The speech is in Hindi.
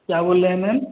क्या बोल रहे हैं मैम